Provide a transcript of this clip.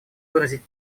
выразить